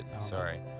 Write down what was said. Sorry